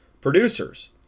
producers